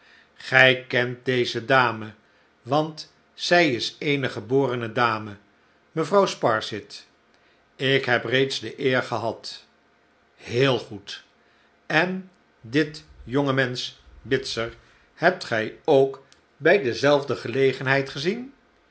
gij kent deze dame want zij is eene geboren dame mevrouw sparsit ik heb reeds de eer gehad heel goed en dit jonge mensch bitzer hebt gij ook bij dezelfde gelegenheid gezien